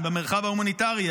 הן במרחב ההומניטרי,